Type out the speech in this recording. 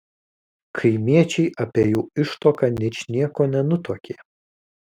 kaimiečiai apie jų ištuoką ničnieko nenutuokė